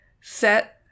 set